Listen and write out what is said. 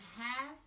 half